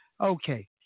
Okay